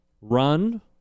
run